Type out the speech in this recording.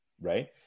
Right